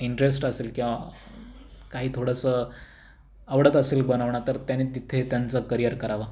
interest असेल किंवा काही थोडंसं आवडत असेल बनवणं तर त्यांनी तिथे त्यांचं करिअर करावं